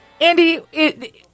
Andy